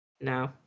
No